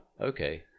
okay